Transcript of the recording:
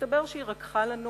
מסתבר שמאור רקחה לנו